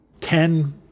Ten